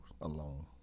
alone